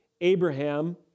Abraham